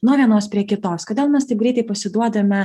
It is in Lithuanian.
nuo vienos prie kitos kodėl mes taip greitai pasiduodame